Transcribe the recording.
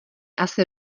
asi